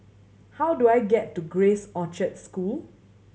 how do I get to Grace Orchard School